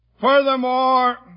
Furthermore